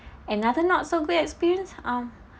another not so good experience um